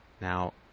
Now